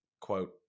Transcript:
quote